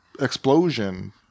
explosion